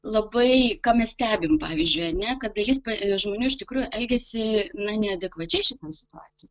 labai ką mes stebim pavyzdžiui ane kad dalis žmonių iš tikrųjų elgiasi na neadekvačiai šitoj situacijoj